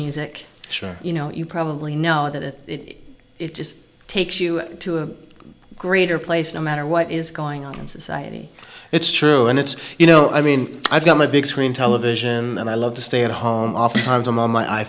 music sure you know you probably know that it just takes you to a greater place no matter what is going on in society it's true and it's you know i mean i've got my big screen television and i love to stay at home oftentimes i'm on my i